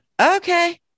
Okay